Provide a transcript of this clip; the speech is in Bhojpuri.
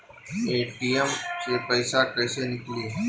ए.टी.एम से पइसा कइसे निकली?